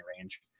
range